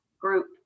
group